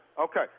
Okay